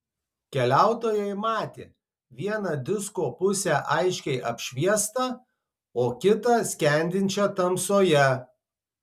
keliautojai matė vieną disko pusę aiškiai apšviestą o kitą skendinčią tamsoje